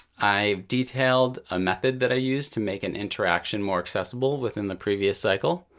i detailed a method that i used to make an interaction more accessible within the previous cycle,